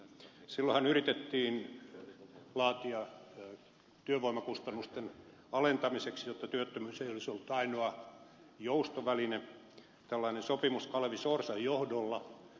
silloinhan yritettiin laatia työvoimakustannusten alentamiseksi jotta työttömyys ei olisi ollut ainoa joustoväline tällainen sopimus kalevi sorsan johdolla